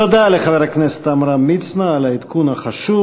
תודה לחבר עמרם מצנע על העדכון החשוב.